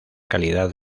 calidad